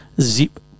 zip